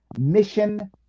Mission